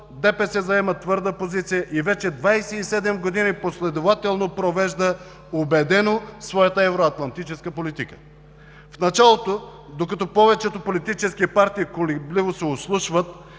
ДПС заема твърда позиция и вече 27 години последователно провежда убедено своята eвроатлантическа политика. В началото, докато повечето политически партии колебливо се ослушват,